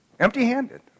empty-handed